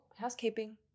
housekeeping